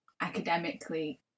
academically